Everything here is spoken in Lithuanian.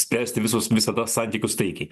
spręsti visus visada santykius taikiai